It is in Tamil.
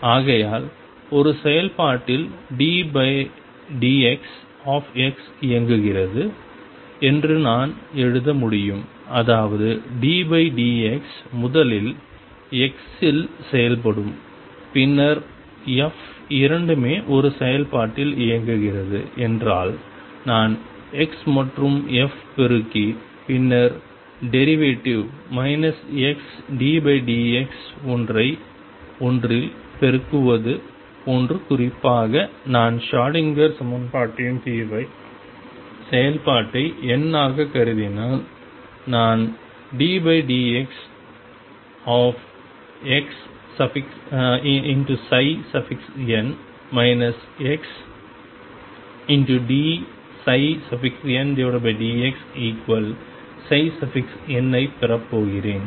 ஆகையால் ஒரு செயல்பாட்டில் ddxx இயங்குகிறது என்று நான் எழுத முடியும் அதாவது ddx முதலில் x இல் செயல்படும் பின்னர் f இரண்டுமே ஒரு செயல்பாட்டில் இயங்குகிறது என்றால் நான் x மற்றும் f பெருக்கி பின்னர் டெரிவேட்டிவ் xddx ஒன்றை ஒன்றில் பெருக்குவது போன்றது குறிப்பாக நான் ஷ்ரோடிங்கர் சமன்பாட்டின் தீர்வின் செயல்பாட்டை n ஆகக் கருதினால் நான் ddxxn xdndxn ஐப் பெறப்போகிறேன்